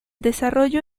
desarrollo